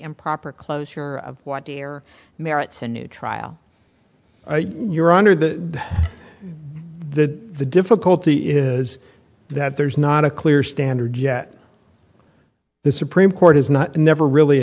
improper closure of what dear merits a new trial you're under the the the difficulty is that there's not a clear standard yet the supreme court has not never really